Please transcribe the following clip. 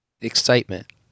excitement